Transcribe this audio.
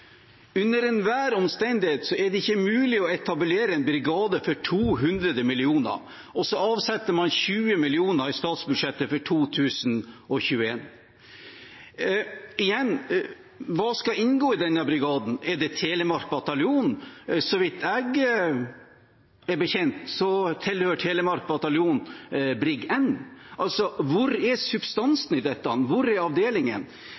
Under enhver omstendighet er det ikke mulig å etablere en brigade for 200 mill. kr, og så avsetter man 20 mill. kr i statsbudsjettet for 2021. Igjen: Hva skal inngå i denne brigaden? Er det Telemark bataljon? Så vidt jeg vet tilhører Telemark bataljon Brig N. Altså hvor er substansen i dette? Hvor er